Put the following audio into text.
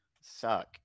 suck